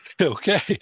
Okay